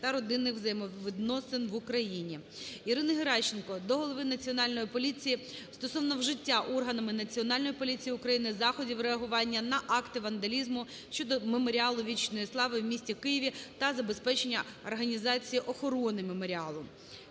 Ірини Геращенко до Голови Національної поліції стосовно вжиття органами Національної поліції України заходів реагування на акти вандалізму щодо Меморіалу Вічної Слави в місті Києві та забезпечення організації охорони Меморіалу.